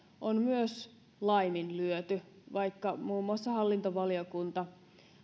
on myös laiminlyöty vaikka muun muassa hallintovaliokunta